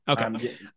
Okay